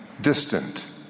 distant